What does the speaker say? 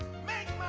man